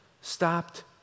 stopped